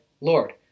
Lord